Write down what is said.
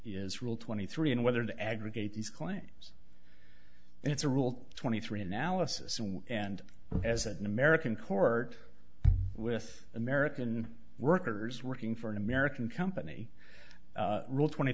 rule twenty three and whether to aggregate these claims it's a rule twenty three analysis and as an american court with american workers working for an american company rule twenty